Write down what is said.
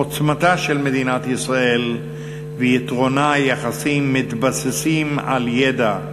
עוצמתה של מדינת ישראל ויתרונה היחסי מתבססים על ידע,